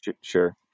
Sure